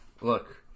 Look